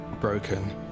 broken